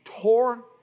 tore